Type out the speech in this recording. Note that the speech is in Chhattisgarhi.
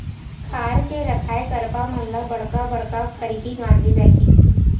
खार के रखाए करपा मन ल बड़का बड़का खरही गांजे जाही